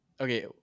okay